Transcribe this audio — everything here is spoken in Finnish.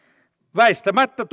väistämättä